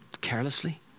carelessly